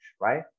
right